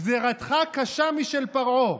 גזירתך קשה משל פרעה,